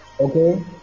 okay